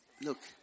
look